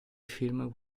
film